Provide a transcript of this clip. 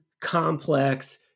complex